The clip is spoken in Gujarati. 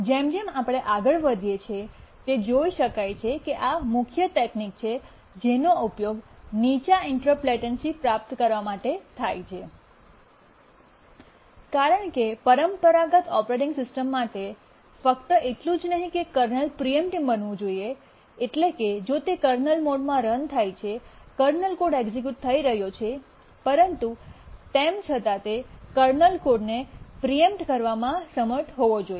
જેમ જેમ આપણે આગળ વધીએ છીએ તે જોઇ શકાય છે કે આ મુખ્ય તકનીક છે જેનો ઉપયોગ નીચા ઇન્ટરપ્ટ લેટન્સી પ્રાપ્ત કરવા માટે થાય છે કારણ કે પરંપરાગત ઓપરેટિંગ સિસ્ટમ માટે ફક્ત એટલું જ નહીં કે કર્નલ પ્રીએમેપટીવ બનવું જોઈએ એટલે કે જો તે કર્નલ મોડમાં રન થાય છે કર્નલ કોડ એક્સિક્યૂટ થઈ રહ્યો છે પરંતુ તેમ છતાં તે કર્નલ કોડને પ્રીએમ્પ્ટ કરવામાં સમર્થ હોવો જોઈએ